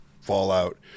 fallout